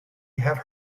have